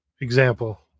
Example